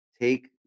take